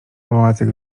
pałacyk